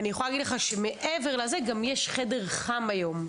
ואני יכולה להגיד לך שמעבר לזה גם יש חדר חם היום,